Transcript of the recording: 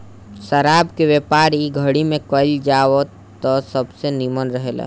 शराब के व्यापार इ घड़ी में कईल जाव त सबसे निमन रहेला